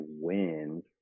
wins